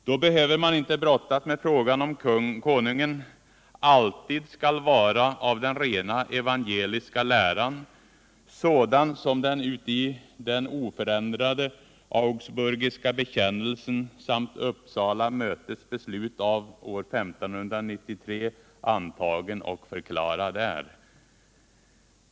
Då behöver man inte brottas med frågan om konungen ”alltid skall vara av den rena evangeliska läran, sådan som den, uti den oförändrade Augsburgiska bekännelsen, samt Uppsala mötes beslut av år 1593, antagen och förklarad är”.